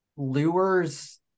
lures